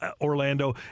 Orlando